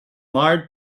marred